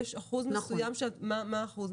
מה האחוז?